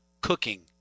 cooking